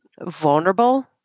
vulnerable